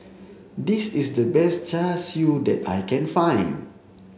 this is the best char siu that I can find